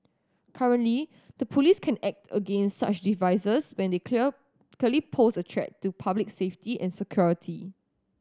currently the police can act against such devices when they clear clearly pose a threat to public safety and security